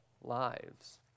lives